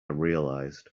realized